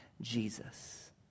Jesus